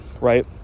right